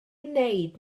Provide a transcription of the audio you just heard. wneud